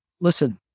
listen